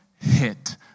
hit